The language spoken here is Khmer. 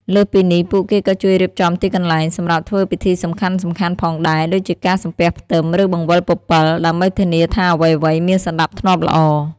លើសពីនេះ ពួកគេក៏ជួយ រៀបចំទីកន្លែង សម្រាប់ធ្វើពិធីសំខាន់ៗផងដែរ ដូចជាការសំពះផ្ទឹម ឬបង្វិលពពិល ដើម្បីធានាថាអ្វីៗមានសណ្ដាប់ធ្នាប់ល្អ។